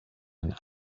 and